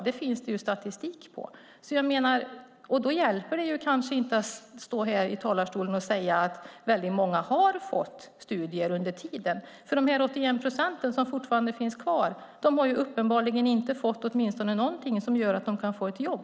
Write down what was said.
Det finns det statistik på. Då hjälper det inte att i talarstolen säga att många har fått studera under tiden. De 81 procent som fortfarande finns kvar har uppenbarligen inte fått något som ger dem jobb.